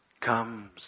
comes